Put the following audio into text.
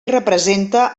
representa